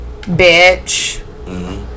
Bitch